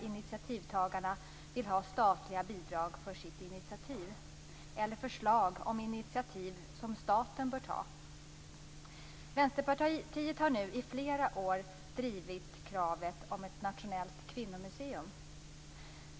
Initiativtagarna vill ha statliga bidrag för sina initiativ eller lämnar förslag om initiativ som staten bör ta. Vänsterpartiet har nu i flera år drivit kravet på ett nationellt kvinnomuseum.